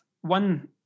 One